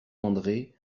andré